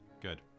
good